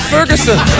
Ferguson